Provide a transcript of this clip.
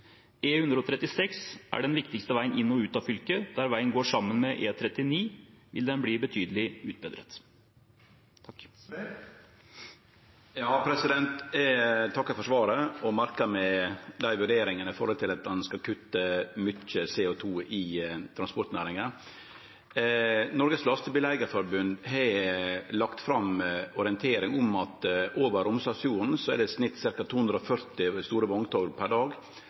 er den viktigste veien inn og ut av fylket. Der veien går sammen med E39, vil den bli betydelig utbedret. Eg takkar for svaret og merka meg vurderingane om at ein skal kutte mykje CO 2 i transportnæringa. Norges Lastebileier-Forbund har lagt fram ei berekning som viser at over Romsdalsfjorden er det i snitt ca. 240 store vogntog per dag,